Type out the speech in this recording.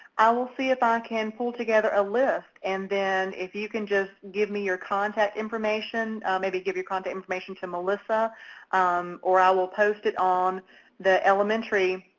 i will see if i can pull together a list, and then if you can just give me your contact information maybe give your contact information to melissa or i will post it on the elementary.